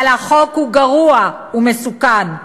אבל החוק הוא גרוע, הוא מסוכן.